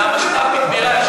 והמשת"פית בירן,